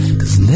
cause